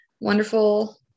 wonderful